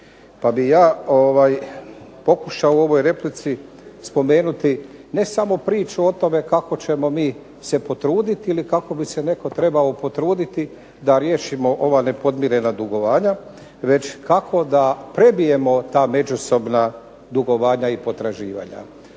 Pa bih ja pokušao u ovoj replici spomenuti ne samo priču o tome kako ćemo mi se potruditi ili kako bi se netko trebao potruditi da riješimo ova nepodmirena dugovanja već kako da prebijemo ta međusobna dugovanja i potraživanja.